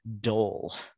dull